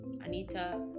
Anita